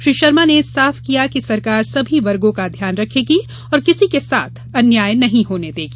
श्री शर्मा का साफ कहना है कि सरकार सभी वर्गों का ध्यान रखेगी और किसी के साथ अन्याय नहीं होने देगी